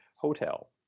hotel